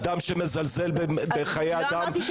אדם שמזלזל בחיי אדם.